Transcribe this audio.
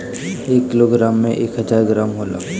एक किलोग्राम में एक हजार ग्राम होला